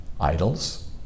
idols